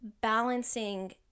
balancing